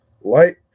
Light